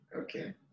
Okay